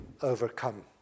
overcome